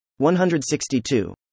162